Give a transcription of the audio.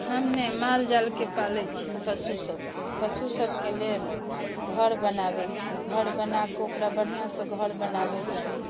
हम ने मालजालके पालै छी पशुसबके पशुसबके लेल घर बनाबै छी घर बनाकऽ ओकरा बढ़िआँसँ घर बनाबै छी